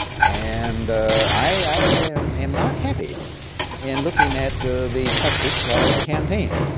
and i am am not happy in looking at the tactics ah of the campaign.